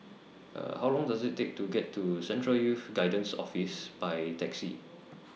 How Long Does IT Take to get to Central Youth Guidance Office By Taxi